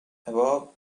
about